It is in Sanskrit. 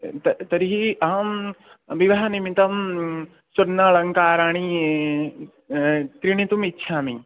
तर् तर्हि अहं विवाहनिमित्तं स्वर्णालङ्काराणि क्रीणितुम् इच्छामि